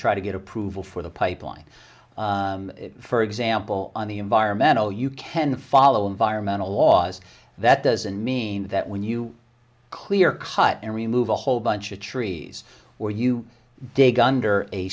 try to get approval for the pipeline for example on the environmental you can follow environmental laws that doesn't mean that when you clear cut and remove a whole bunch of trees where you dig under a